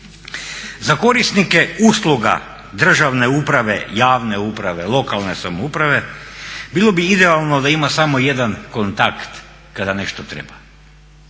Za korisnike usluga držane uprave, javne uprave, lokalne samouprave bilo bi idealno da ima samo jedan kontakt kada nešto treba.